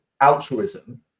altruism